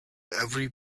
every